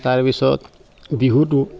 তাৰ পিছত বিহুতো